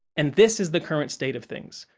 and this is the current state of things.